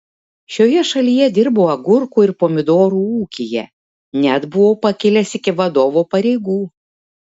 šioje šalyje dirbau agurkų ir pomidorų ūkyje net buvau pakilęs iki vadovo pareigų